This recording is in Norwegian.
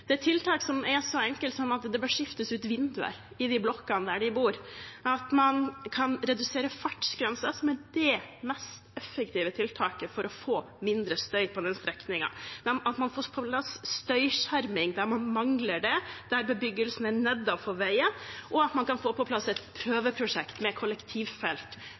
Det er tiltak som er så enkle som at det bør skiftes ut vinduer i de blokkene der de bor, at man kan redusere fartsgrenser, som er det mest effektive tiltaket for å få mindre støy på den strekningen, at man får på plass støyskjerming der man mangler det, der bebyggelsen er nedenfor veien, og at man kan få på plass et prøveprosjekt med kollektivfelt